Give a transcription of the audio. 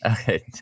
okay